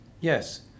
yes